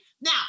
Now